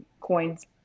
coins